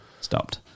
Stopped